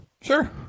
Sure